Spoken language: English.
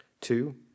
Two